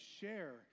share